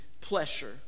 pleasure